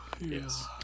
Yes